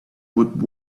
would